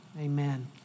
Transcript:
amen